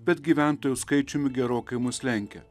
bet gyventojų skaičiumi gerokai mus lenkia